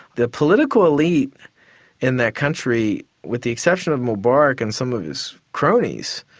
the political elite in that country, with the exception of mubarak and some of his cronies,